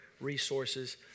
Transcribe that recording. resources